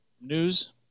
news